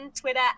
Twitter